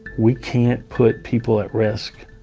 we can't put people at risk.